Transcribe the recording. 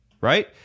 right